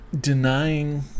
denying